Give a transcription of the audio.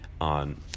on